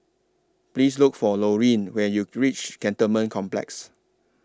Please Look For Lorene when YOU REACH Cantonment Complex